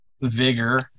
vigor